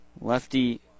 Lefty